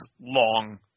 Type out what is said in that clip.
long